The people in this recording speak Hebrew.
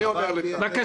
אני אומר לך,